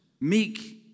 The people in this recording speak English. meek